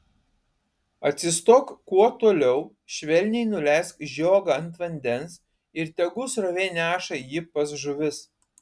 atsistok kuo toliau švelniai nuleisk žiogą ant vandens ir tegu srovė neša jį pas žuvis